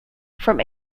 from